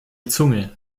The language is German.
zunge